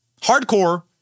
hardcore